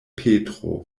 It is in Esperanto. petro